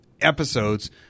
episodes